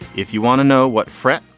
if you want to know what fret,